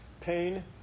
pain